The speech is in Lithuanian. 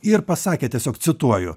ir pasakė tiesiog cituoju